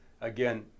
again